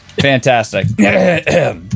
Fantastic